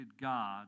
God